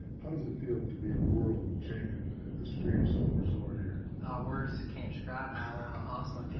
how does it feel to be a world champion at the streamsong resort here? words can't describe how and awesome i feel.